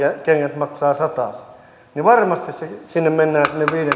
kengät maksavat satasen niin varmasti mennään sinne viidenkympin kauppaan